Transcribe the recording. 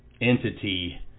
entity